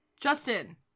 Justin